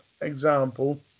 example